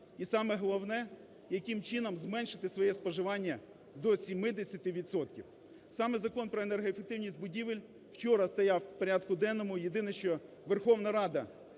І, саме головне, яким чином зменшити своє споживання до 70 відсотків. Саме Закон про енергоефективність будівель вчора стояв у порядку денному, єдине, що Верховна Рада